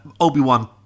Obi-Wan